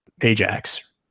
Ajax